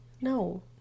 No